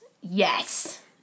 Yes